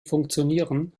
funktionieren